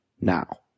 Now